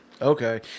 Okay